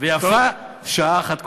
ויפה שעה אחת קודם.